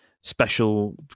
special